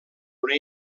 una